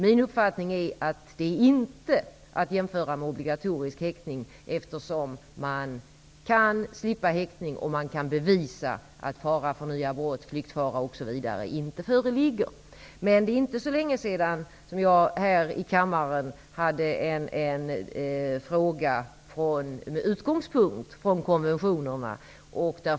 Min uppfattning är att det inte är att jämföra med obligatorisk häktning, eftersom man kan slippa häktning om det går att bevisa att fara för nya brott, flyktfara osv. inte föreligger. Det är inte så länge sedan jag här i kammaren besvarade en fråga med utgångspunkt i konventionerna.